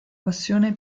passione